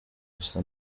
gusa